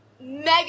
mega